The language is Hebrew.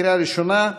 לקריאה ראשונה.